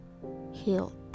healed